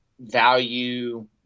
value